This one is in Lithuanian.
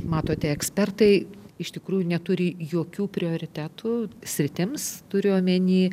matote ekspertai iš tikrųjų neturi jokių prioritetų sritims turiu omeny